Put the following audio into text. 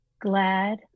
glad